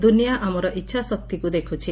ଦୁନିଆ ଆମର ଇଛା ଶକ୍ତିକୁ ଦେଖୁଛି